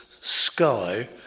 sky